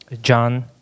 John